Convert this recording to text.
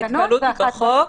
ההתקהלות היא בחוק,